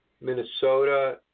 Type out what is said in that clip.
Minnesota